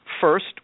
First